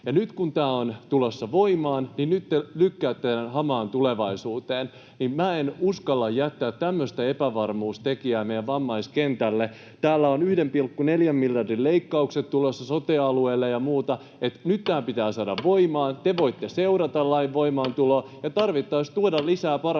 Nyt kun tämä on tulossa voimaan, te lykkäätte tämän hamaan tulevaisuuteen, ja en uskalla jättää tämmöistä epävarmuustekijää meidän vammaiskentälle. Täällä on 1,4 miljardin leikkaukset tulossa sote-alueille ja muuta. Nyt tämä pitää saada voimaan. Te voitte seurata lain voimaantuloa ja tarvittaessa tuoda lisää parannuksia,